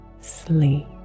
sleep